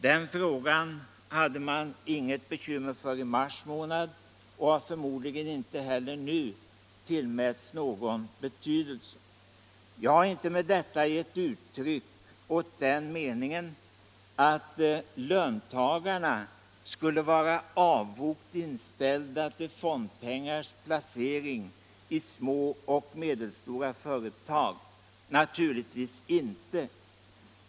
Den frågan hade man inget bekymmer för i mars månad och har förmodligen inte heller nu tillmätt någon betydelse. Jag har inte med detta givit uttryck åt den meningen att löntagarna skulle vara avogt inställda till fondpengars placering i små och medelstora företag. Naturligtvis inte.